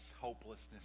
hopelessness